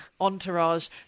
entourage